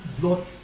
blood